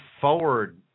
forward